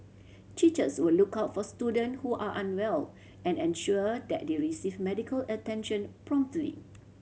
teachers will look out for student who are unwell and ensure that they receive medical attention promptly